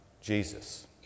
Jesus